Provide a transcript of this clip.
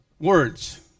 words